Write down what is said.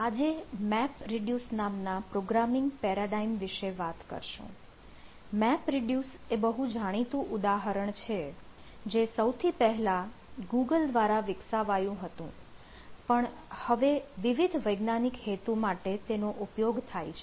આજે map reduce દ્વારા વિકસાવાયું હતું પણ હવે વિવિધ વૈજ્ઞાનિક હેતુ માટે તેનો ઉપયોગ થાય છે